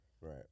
right